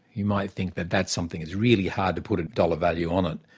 you might think that that's something that's really hard to put a dollar value on it,